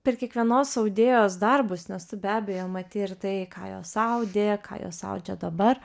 per kiekvienos audėjos darbus nes tu be abejo matei ir tai ką jos audė ką jos audžia dabar